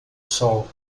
sol